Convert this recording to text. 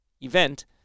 event